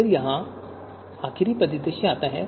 फिर यहां आखिरी परिदृश्य आता है